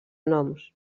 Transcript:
noms